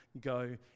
Go